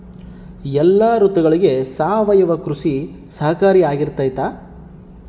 ಎಲ್ಲ ಋತುಗಳಗ ಸಾವಯವ ಕೃಷಿ ಸಹಕಾರಿಯಾಗಿರ್ತೈತಾ?